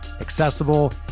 accessible